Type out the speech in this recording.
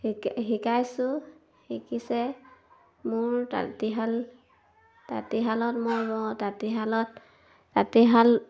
শিকাই শিকাইছোঁ শিকিছে মোৰ তাঁতীশাল তাঁতীশালত মোৰ তাঁতীশালত তাঁতীশাল